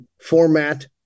format